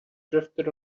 drifted